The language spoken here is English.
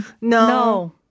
No